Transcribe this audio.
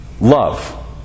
Love